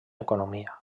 economia